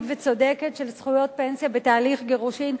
וצודקת של זכויות פנסיה בתהליך גירושין.